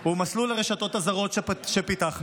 היא מסלול הרשתות הזרות שפיתחנו,